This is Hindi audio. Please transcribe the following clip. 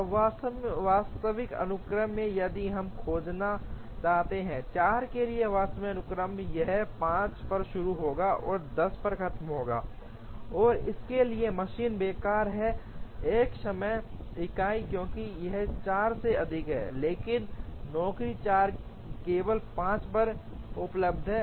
अब वास्तविक अनुक्रम में यदि हम खोजना चाहते हैं 4 के लिए वास्तविक अनुक्रम यह 5 पर शुरू होगा और 10 पर खत्म होगा और इसके लिए मशीन बेकार है एक समय इकाई क्योंकि यह 4 से अधिक है लेकिन नौकरी 4 केवल 5 पर उपलब्ध है